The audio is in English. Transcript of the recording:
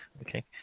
okay